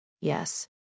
Yes